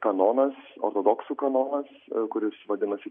kanonas ortodoksų kanonas kuris vadinasi